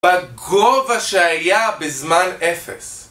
בגובה שהיה בזמן אפס